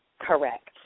Correct